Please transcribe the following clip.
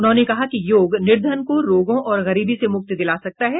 उन्होंने कहा कि योग निर्धन को रोगों और गरीबी से मुक्ति दिला सकता है